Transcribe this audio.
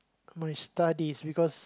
my studies because